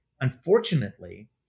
unfortunately